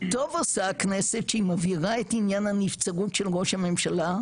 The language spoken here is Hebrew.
טוב עושה כנסת שהיא מבהירה את עניין הנבצרות של ראש הממשלה,